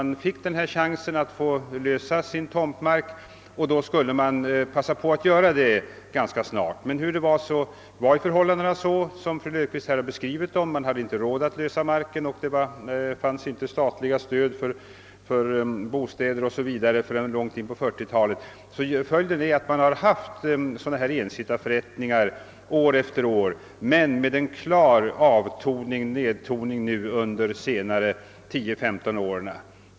Ensittarna fick en chans att lösa sin tomtmark, och man trodde att de skulle passa på att göra detta ganska snart. Förhållandena var emellertid sådana som fru Löfqvist beskrivit, och ensittarna hade inte råd att lösa ut marken. Statligt stöd till bostäderna infördes t.ex. inte förrän långt in på 1940-talet. Följden har blivit att det förekommit <ensittarförrättningar varje år, dock med en klar tendens till nedtoning under de senaste 10—15 åren.